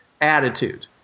attitude